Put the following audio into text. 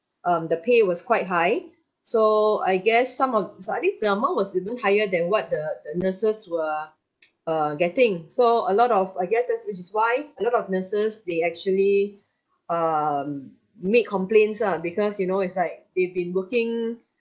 um the pay was quite high so I guess some of I think the amount was you know higher than what the the nurses were uh getting so a lot of I guess that which is why a lot of nurses they actually um make complaints ah because you know it's like they've been working